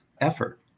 effort